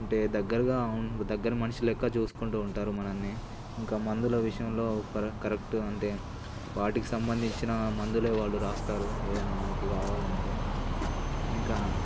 అంటే దగ్గరగా దగ్గర మనిషి లెక్క చూసుకుంటూ ఉంటారు మనలని ఇంకా మందుల విషయంలో కరెక్ట్ అంటే వాటికి సంబంధించిన మందులే వాళ్ళు వ్రాస్తారు ఏదైనా మనకి కావాలంటే ఇంకా